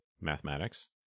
mathematics